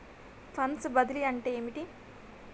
Funds బదిలీ అంటే ఏమిటి?